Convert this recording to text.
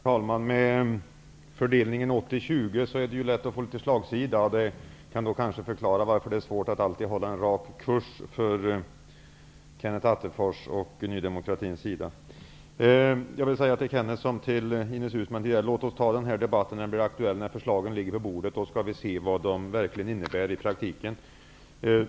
Herr talman! Med fördelningen 80--20 är det lätt att få slagsida, och det kan kanske förklara varför det är svårt för Kenneth Attefors och Ny demokrati att alltid hålla en rak kurs. Jag vill säga till Kenneth Attefors som till Ines Uusmann: Låt oss ta debatten när den blir aktuell, när förslagen ligger på bordet! Då kan vi se vad de verkligen innebär i praktiken.